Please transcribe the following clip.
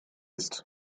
ist